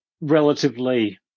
relatively